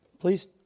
Please